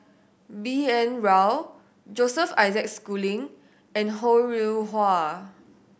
B N Rao Joseph Isaac Schooling and Ho Rih Hwa